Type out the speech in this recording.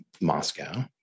moscow